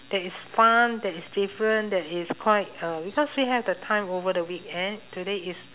that is fun that is different that is quite uh because we have the time over the weekend today is